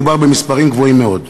מדובר במספרים גבוהים מאוד.